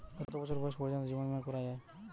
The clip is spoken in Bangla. কত বছর বয়স পর্জন্ত জীবন বিমা করা য়ায়?